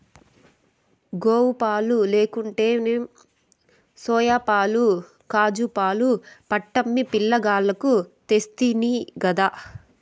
గోవుపాలు లేకుంటేనేం సోయాపాలు కాజూపాలు పట్టమ్మి పిలగాల్లకు తెస్తినిగదా